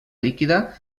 líquida